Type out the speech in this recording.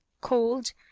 cold